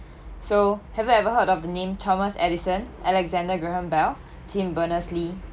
so have you ever heard of the name thomas edison alexander graham bell tim berners lee